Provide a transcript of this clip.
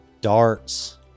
darts